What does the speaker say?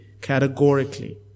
categorically